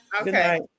okay